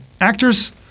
actors